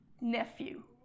nephew